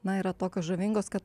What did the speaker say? na yra tokios žavingos kad